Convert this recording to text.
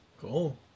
Cool